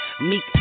Meek